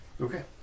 Okay